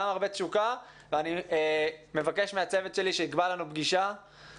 גם הרבה תשוקה ואני מבקש מהצוות שלי שיקבע לנו פגישה,